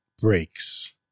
breaks